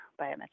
biometrics